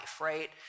right